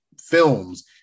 films